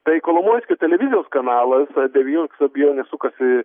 tai kolomoiskio televizijos kanalas be jokios abejonės sukasi